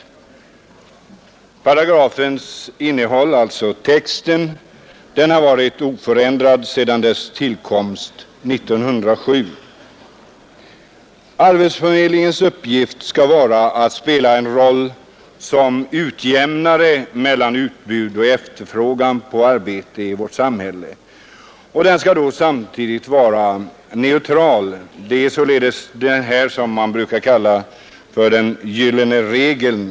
Paragrafens text har varit oförändrad sedan dess tillkomst 1907. Arbetsförmedlingens uppgift skall vara att spela en roll som utjämnare mellan utbud och efterfrågan på arbete i vårt samhälle. Den skall samtidigt vara neutral. Det är således detta som man brukar kalla den gyllene regeln.